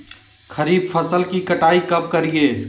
खरीफ फसल की कटाई कब करिये?